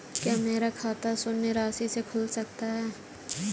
क्या मेरा खाता शून्य राशि से खुल सकता है?